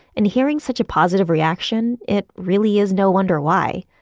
and hearing such a positive reaction, it really is no wonder why.